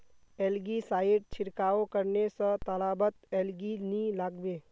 algae side छिड़काव करने स तालाबत एलगी नी लागबे